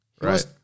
right